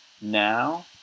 Now